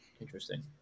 Interesting